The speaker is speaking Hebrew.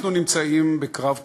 אנחנו נמצאים בקרב קשה,